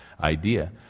idea